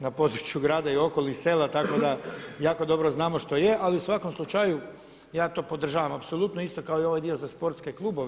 na području grada i okolnih sela tako da jako dobro znamo što je, ali u svakom slučaju ja to podržavam apsolutno isto kao i ovaj dio za sportske klubove.